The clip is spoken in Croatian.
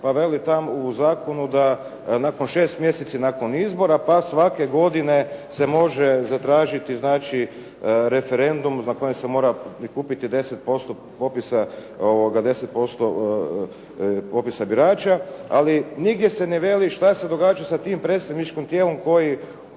pa veli tamo u zakonu da nakon 6 mjeseci nakon izbora pa svake godine se može zatražiti znači referendum na kojem se mora prikupiti 10% popisa birača, ali nigdje se ne veli što se događa sa tim predstavničkim tijelom koje